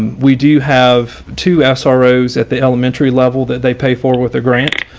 we do have two f sorrows at the elementary level that they pay for with a grant.